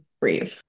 breathe